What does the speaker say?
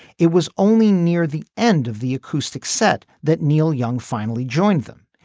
it was only near the end of the acoustic set that neil young finally joined them.